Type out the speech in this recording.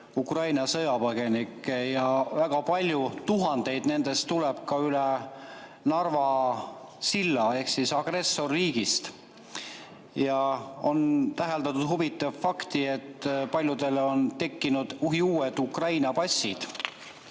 Ukraina sõjapõgenikke ja väga palju, tuhandeid tuleb üle Narva silla agressorriigist. Ja on täheldatud huvitavat fakti, et paljudel on tekkinud uhiuued Ukraina passid.